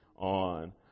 on